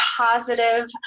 positive